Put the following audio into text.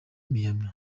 myanmar